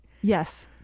Yes